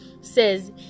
says